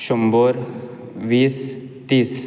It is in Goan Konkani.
शंबर वीस तीस